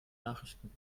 nachrichten